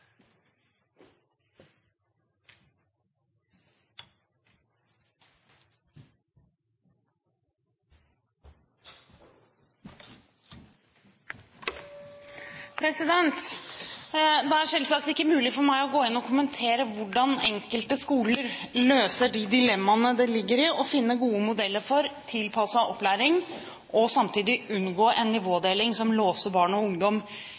Det er selvsagt ikke mulig for meg å gå inn og kommentere hvordan enkelte skoler løser de dilemmaene det ligger i å finne gode modeller for tilpasset opplæring, og samtidig unngå en nivådeling som låser barn og ungdom